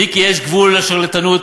מיקי, יש גבול לשרלטנות,